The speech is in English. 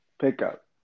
pickup